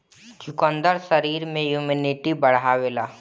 चुकंदर शरीर में इमुनिटी बढ़ावेला